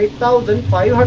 thousand five